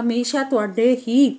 ਹਮੇਸ਼ਾ ਤੁਹਾਡੇ ਹੀ